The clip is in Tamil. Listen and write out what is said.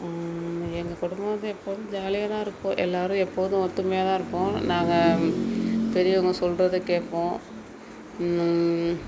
எங்கள் குடும்பம் வந்து எப்போவும் ஜாலியாக தான் இருக்கும் எல்லோரும் எப்போதும் ஒற்றுமையா தான் இருப்போம் நாங்கள் பெரியவங்க சொல்வதை கேட்போம்